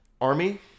army